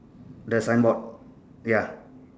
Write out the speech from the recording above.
the sign board ya